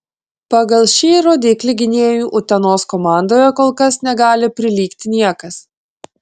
pagal šį rodiklį gynėjui utenos komandoje kol kas negali prilygti niekas